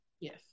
Yes